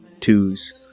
Twos